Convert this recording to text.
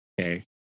okay